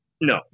No